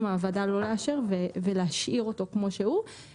מהוועדה לא לאשר את זה ולהשאיר אותו כמו שהוא.